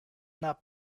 not